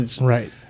right